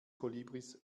kolibris